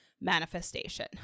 manifestation